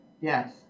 Yes